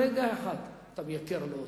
ברגע אחד אתה מייקר לו אותו,